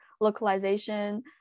localization